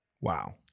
Wow